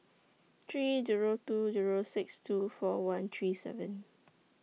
three Zero two Zero six two four one three seven